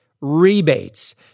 rebates